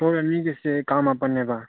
floor ꯑꯅꯤꯒꯤꯁꯦ ꯀꯥ ꯃꯥꯄꯟꯅꯦꯕ